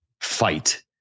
fight